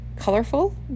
colorful